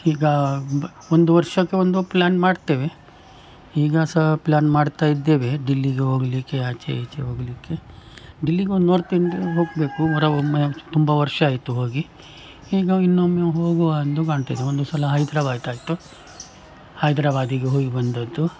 ಈಗ ಬ್ ಒಂದು ವರ್ಷಕ್ಕೆ ಒಂದು ಪ್ಲಾನ್ ಮಾಡ್ತೇವೆ ಈಗ ಸಹ ಪ್ಲಾನ್ ಮಾಡ್ತಾ ಇದ್ದೇವೆ ದಿಲ್ಲಿಗೆ ಹೋಗಲಿಕ್ಕೆ ಆಚೆ ಈಚೆ ಹೋಗಲಿಕ್ಕೆ ದಿಲ್ಲಿಗೊಂದು ನಾರ್ತ್ ಇಂಡ್ಯಾ ಹೋಗಬೇಕು ವರ ಒಮ್ಮೆ ತುಂಬ ವರ್ಷ ಆಯಿತು ಹೋಗಿ ಈಗ ಇನ್ನೊಮ್ಮೆ ಹೋಗುವ ಅಂದು ಕಾಣ್ತದೆ ಒಂದು ಸಲ ಹೈದ್ರಾಬಾಯ್ದ್ ಆಯಿತು ಹೈದ್ರಾಬಾದಿಗೆ ಹೋಗಿ ಬಂದದ್ದು